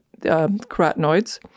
carotenoids